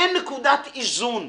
אין נקודת איזון.